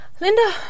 Linda